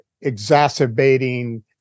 exacerbating